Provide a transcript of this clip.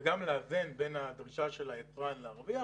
וגם לאזן בין הדרישה של היצרן להרוויח